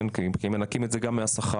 כי מנכים את זה גם מהשכר.